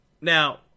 Now